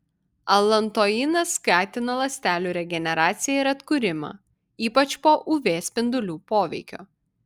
alantoinas skatina ląstelių regeneraciją ir atkūrimą ypač po uv spindulių poveikio